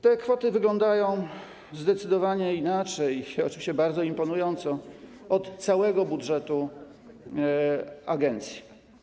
Te kwoty wyglądają zdecydowanie inaczej, oczywiście bardziej imponująco, niż cały budżet agencji.